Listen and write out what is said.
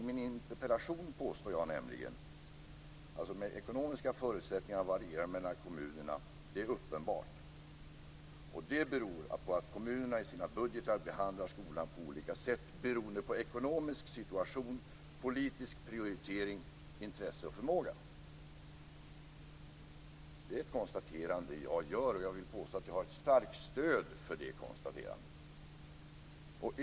I min interpellation påstår jag nämligen att det är uppenbart att de ekonomiska förutsättningarna varierar mellan kommunerna och att det beror på att kommunerna i sina budgetar behandlar skolan på olika sätt beroende på ekonomisk situation, politisk prioritering, intresse och förmåga. Det är ett konstaterande jag gör, och jag vill påstå att jag har starkt stöd för det konstaterandet.